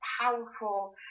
powerful